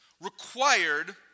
required